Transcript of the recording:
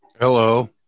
hello